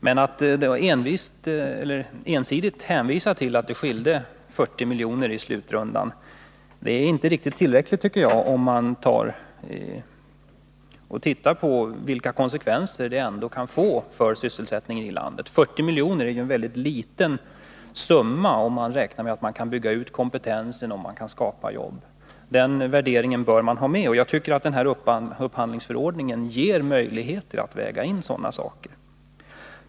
Men att bara hänvisa till att det skilde 40 milj.kr. i slutrundan tycker jag inte räcker som argument, eftersom man också måste se på konsekvenserna för sysselsättningen i landet. 40 milj.kr. är en väldigt liten summa när man räknar med att bygga ut kompetensen och skapa jobb här i landet. Den värderingen bör man ha med. Upphandlingsförordningen ger möjligheter att väga in sådana skäl.